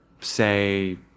say